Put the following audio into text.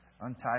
untie